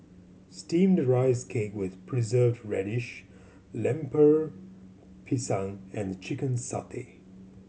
Steamed Rice Cake with Preserved Radish Lemper Pisang and chicken satay